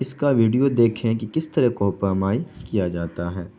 اس کا ویڈیوں دیکھیں کہ کس طرح کوہ پیمائی کیا جاتا ہے